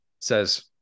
says